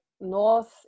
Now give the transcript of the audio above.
North